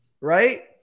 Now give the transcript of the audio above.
Right